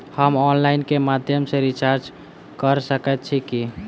हम ऑनलाइन केँ माध्यम सँ रिचार्ज कऽ सकैत छी की?